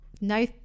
no